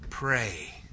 Pray